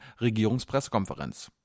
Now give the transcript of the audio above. Regierungspressekonferenz